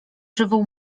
żywą